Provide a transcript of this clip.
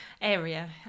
area